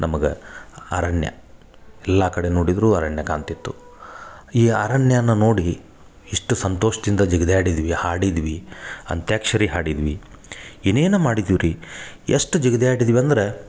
ನಮ್ಗ ಅರಣ್ಯ ಎಲ್ಲ ಕಡೆ ನೋಡಿದ್ದರೂ ಅರಣ್ಯ ಕಾಣ್ತಿತ್ತು ಈ ಅರಣ್ಯನ ನೋಡಿ ಎಷ್ಟು ಸಂತೋಷದಿಂದ ಜಿಗ್ದಾಡಿದ್ವಿ ಹಾಡಿದ್ವಿ ಅಂತ್ಯಾಕ್ಷರಿ ಆಡಿದ್ವಿ ಏನೇನು ಮಾಡಿದೀವಿ ರೀ ಎಷ್ಟು ಜಿಗ್ದ್ಯಾಡಿದ್ವ ಅಂದ್ರ